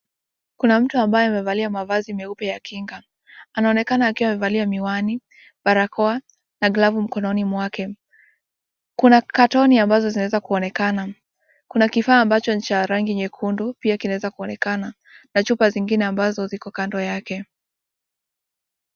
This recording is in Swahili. Kuna mtu ambaye amevalia mavazi meupe ya kinga, anaonekana akiwa amevaa miwani, barakoa na glavu mkononi mwake. Kuna carton ambazo zinaweza kuonekana. Kuna kifaa ambacho ni cha rangi nyekundu pia linaweza kuonekana na chupa zingine ambazo ziko kando yake.